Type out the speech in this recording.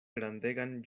grandegan